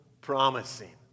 promising